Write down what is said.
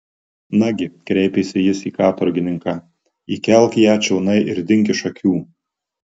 nagi kreipėsi jis į katorgininką įkelk ją čionai ir dink iš akių